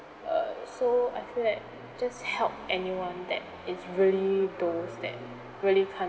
uh so I feel like just help anyone that is really those that really can't